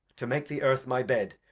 to make the earth my bed,